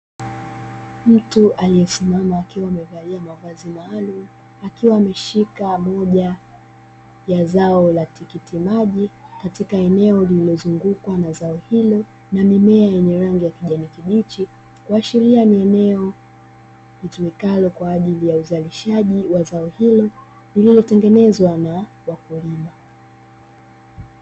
Mtu aliyesimama akiwa amevalia mavazi maalumu, akiwa ameshika moja ya zao la tikitiki maji, katika eneo linalo zungukwa na zao hilo, na mimea yenye rangi ya kijani kibichi kuashiria ni eneo litumikalo kwa ajili ya uzalishaji wa zao hilo lililotengenezwa na wakulima.